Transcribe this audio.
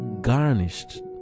garnished